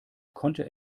konnte